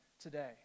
today